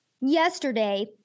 yesterday